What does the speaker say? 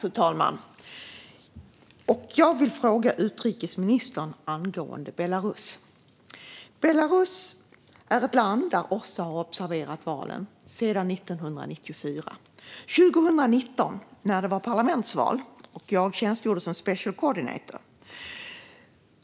Fru talman! Jag vill fråga utrikesministern om Belarus. Belarus är ett land där OSSE har observerat valen sedan 1994. År 2019 när det var parlamentsval och jag tjänstgjorde som Special Coordinator